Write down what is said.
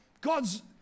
God's